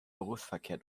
berufsverkehr